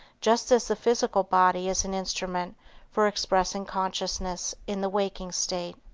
just as the physical body is an instrument for expressing consciousness in the waking state.